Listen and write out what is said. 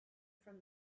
from